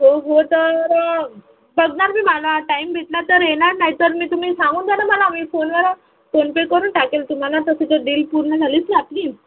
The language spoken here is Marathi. हो हो तर बघणार मी मला टाईम भेटला तर येणार नाहीतर मी तुम्ही सांगून द्या ना मला मी फोनवर फोनपे करून टाकेल तुम्हाला तसं तर डील पूर्ण झालीच आहे आपली